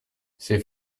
c’est